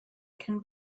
can